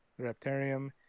Reptarium